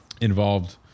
involved